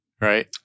Right